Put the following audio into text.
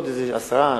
עוד עשרה,